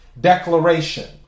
Declaration